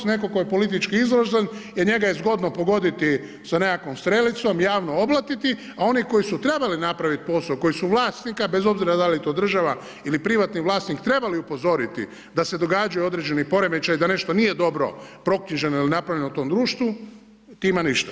Netko tko je politički izložen, jer njega je zgodno pogoditi sa nekakvom strelicom javno oblatiti, a oni koji su trebali napraviti posao, koji su vlasnika bez obzira da li je to država ili privatni vlasnik trebali upozoriti da se događaju određeni poremećaji, da nešto nije dobro proknjiženo ili napravljeno u tom društvu tima ništa.